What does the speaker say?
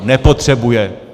Nepotřebuje!